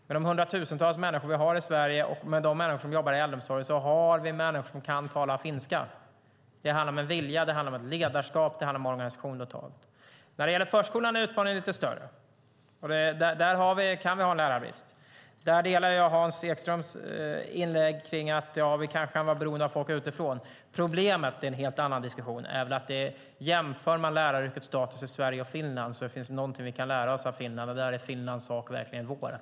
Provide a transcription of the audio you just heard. Med de hundratusentals människor som vi har i Sverige och med de människor som jobbar i äldreomsorgen har vi människor som kan tala finska. Det handlar om en vilja, ett ledarskap och organisationen totalt. När det gäller förskolan är utmaningen lite större. Där kan vi ha lärarbrist. Jag delar Hans Ekströms synpunkt att vi kanske kan vara beroende av folk utifrån. Problemet - det är en helt annan diskussion - är väl att om man jämför läraryrkets status i Sverige och i Finland ser man att det finns något som vi kan lära oss att Finland. Där är Finlands sak verkligen vår.